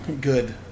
good